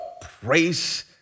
Praise